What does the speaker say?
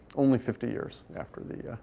only fifty years after the